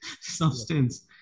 substance